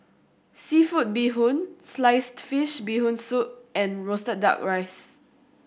seafood bee hoon sliced fish Bee Hoon Soup and roasted Duck Rice